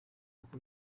uko